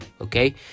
okay